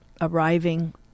arriving